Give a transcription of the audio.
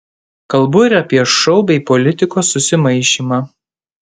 kalbu ir apie šou bei politikos susimaišymą